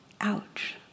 ouch